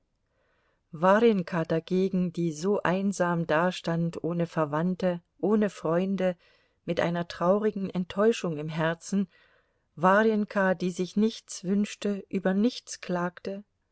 warjenka dagegen die so einsam dastand ohne verwandte ohne freunde mit einer traurigen enttäuschung im herzen warjenka die sich nichts wünschte über nichts klagte